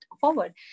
forward